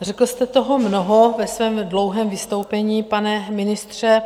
Řekl jste toho mnoho ve svém dlouhém vystoupení, pane ministře.